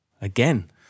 again